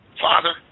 Father